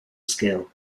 skill